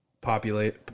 populate